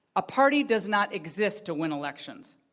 a party does not exist to win elections.